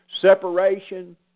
Separation